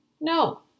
No